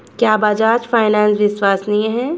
क्या बजाज फाइनेंस विश्वसनीय है?